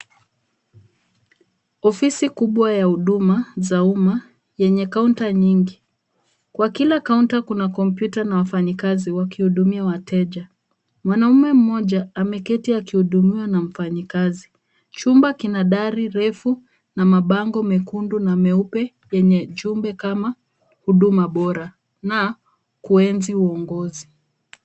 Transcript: Ofisi kubwa ya huduma za umma yenye kaunta nyingi. Kwa kila kaunta kuna kompyuta na wafanyikazi wakihudumia wateja. Mwanaume mmoja ameketi akihudumiwa na mfanyikazi. Chumba kina dari refu na mabango mekundu na meupe yenye ujumbe kama "Huduma Bora na Kuenzi Uongozi."